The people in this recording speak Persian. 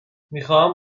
میخواهم